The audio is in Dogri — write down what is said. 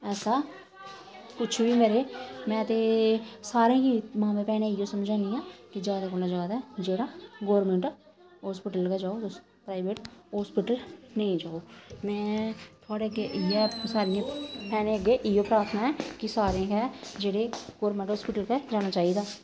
ऐसा कुछ बी मेरे में ते सारें गी मांह्मां भैन गी समझानी आं कि जादै कोला जादै जेह्ड़ा गौरमेंट हॉस्पिटल गै जाओ तुस प्राइवेट हॉस्पिटल नेईं जाओ में थुआढ़े अग्गें इ'यै सारियें भैनें अग्गें इ'यै प्रार्थना ऐ कि सारें गै जेह्ड़े गौरमेंट हॉस्पिटल गै जाना चाहिदा